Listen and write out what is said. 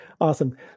Awesome